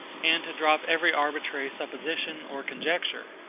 and to drop every arbitrary supposition or conjecture.